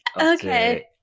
okay